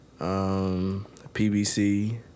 PBC